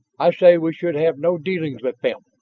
i say we should have no dealings with them.